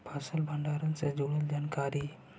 फसल भंडारन से जुड़ल जानकारी?